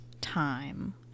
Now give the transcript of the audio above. time